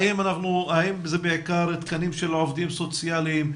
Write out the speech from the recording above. האם זה בעיקר תקנים של עובדים סוציאליים,